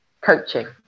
coaching